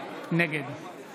נגד